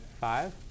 Five